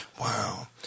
Wow